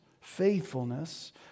faithfulness